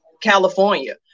California